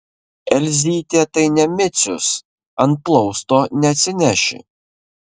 elzytė tai ne micius ant plausto neatsineši